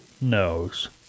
knows